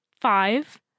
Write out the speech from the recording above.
Five